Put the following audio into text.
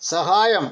സഹായം